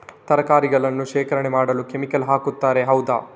ತರಕಾರಿಗಳನ್ನು ಶೇಖರಣೆ ಮಾಡಲು ಕೆಮಿಕಲ್ ಹಾಕುತಾರೆ ಹೌದ?